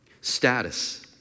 status